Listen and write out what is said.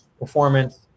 performance